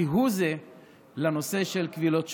כהוא זה לנושא של קבילות שופטים.